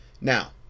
now